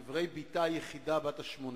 את איברי בתה היחידה בת השמונה,